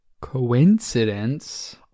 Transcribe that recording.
coincidence